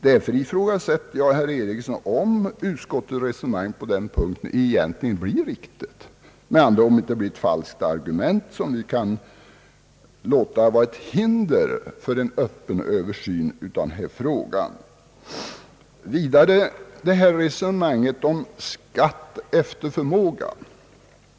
Därför ifrågasätter jag, herr Ericsson, om utskottsmajoritetens resonemang på den punkten är riktigt eller, med andra ord, om det inte är ett falskt argument som står som hinder för en öppen översyn av denna fråga.